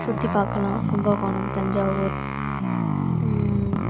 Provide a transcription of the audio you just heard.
சுற்றி பார்க்கலாம் கும்பகோணம் தஞ்சாவூர்